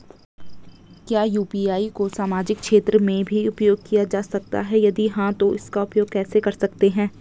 क्या यु.पी.आई को सामाजिक क्षेत्र में भी उपयोग किया जा सकता है यदि हाँ तो इसका उपयोग कैसे कर सकते हैं?